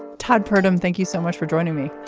todd purdum thank you so much for joining me.